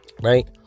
Right